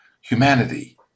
humanity